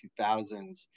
2000s